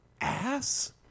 Ass